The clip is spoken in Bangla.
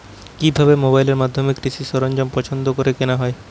কিভাবে মোবাইলের মাধ্যমে কৃষি সরঞ্জাম পছন্দ করে কেনা হয়?